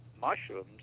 mushrooms